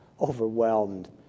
overwhelmed